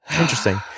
Interesting